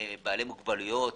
בעלי מוגבלויות,